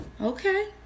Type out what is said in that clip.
okay